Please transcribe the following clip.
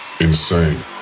insane